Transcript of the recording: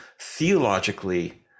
Theologically